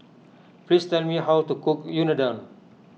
please tell me how to cook Unadon